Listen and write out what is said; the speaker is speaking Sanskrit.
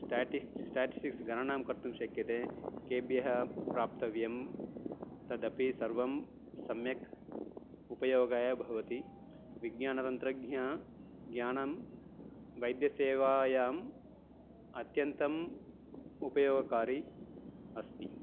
स्टाटिस् स्टाटिस्टिक्स् गणनां कर्तुं शक्यते केभ्यः प्राप्तव्यं तदपि सर्वं सम्यक् उपयोगाय भवति विज्ञानतन्त्रज्ञज्ञानं वैद्यसेवायाम् अत्यन्तम् उपयोगकारी अस्ति